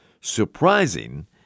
surprising